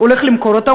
הולך למכור אותה,